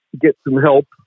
get-some-help